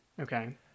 okay